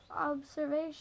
observation